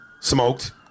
smoked